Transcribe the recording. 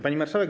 Pani Marszałek!